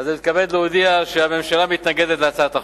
אני מתכבד להודיע שהממשלה מתנגדת להצעת החוק.